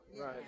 right